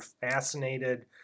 fascinated